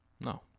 No